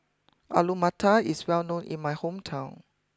Alu Matar is well known in my hometown